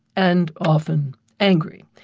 and often angry.